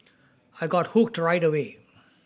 I got hooked right away